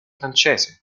francese